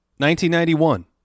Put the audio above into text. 1991